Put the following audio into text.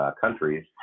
countries